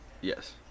Yes